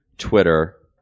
twitter